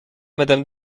madame